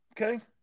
Okay